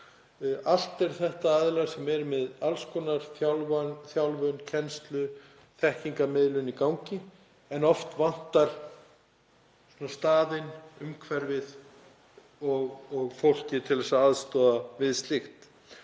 Allt eru þetta aðilar sem eru með alls konar þjálfun, kennslu og þekkingarmiðlun í gangi en oft vantar staðinn, umhverfið og fólkið til að aðstoða við slíkt.